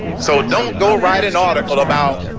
so don't go write an article about